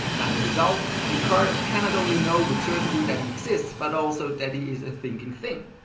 as a result, descartes cannot only know with certainty that he exists, but also that he is a thinking thing,